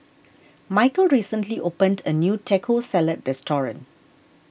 Micheal recently opened a new Taco Salad restaurant